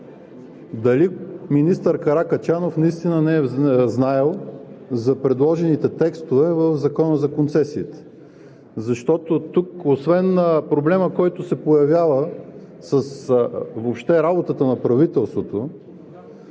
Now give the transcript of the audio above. дали министър Каракачанов наистина не е знаел за предложените текстове в Закона за концесиите? Защото тук освен проблемът, който се появява въобще с работата на правителството,